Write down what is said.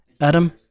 Adam